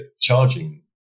charging